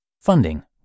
Funding